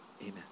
Amen